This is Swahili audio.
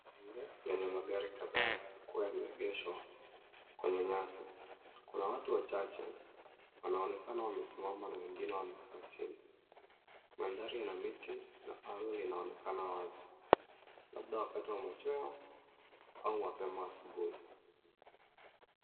Nje lenye magari kadhaa yaliyokuwa yameegeshwa kwenye nyasi. Kuna watu wachache wanaonekana wamesimama na wengine wamekaa chini. Mandhari ina miti na anga linaonekana wazi labda wakati wa machweo au mapema ausbuhi.